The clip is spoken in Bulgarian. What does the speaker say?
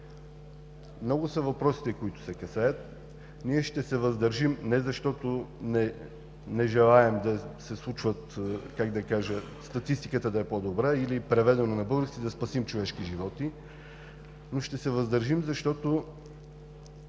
Много са въпросите, които се касаят. Ние ще се въздържим не защото не желаем да се случват, статистиката да е по-добра или преведено на български да спасим човешки животи, но ще се въздържим, защото